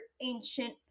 ancient